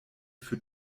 für